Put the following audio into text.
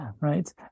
right